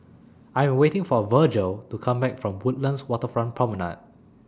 I Am waiting For Virgel to Come Back from Woodlands Waterfront Promenade